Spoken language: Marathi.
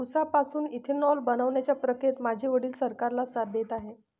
उसापासून इथेनॉल बनवण्याच्या प्रक्रियेत माझे वडील सरकारला साथ देत आहेत